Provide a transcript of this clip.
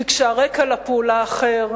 כי כשהרקע לפעולה אחר,